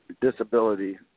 Disability